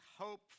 hope